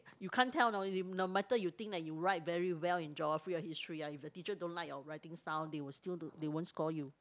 you can't tell know no matter you think that you write very well in geography or history ah if the teacher don't like your writing style they will still do they won't score you